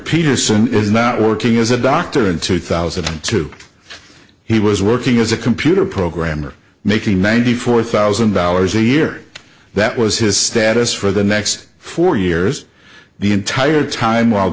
peterson was not working as a doctor in two thousand and two he was working as a computer programmer making ninety four thousand dollars a year that was his status for the next four years the entire time while